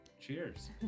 Cheers